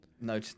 no